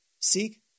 Seek